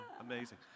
amazing